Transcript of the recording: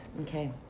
Okay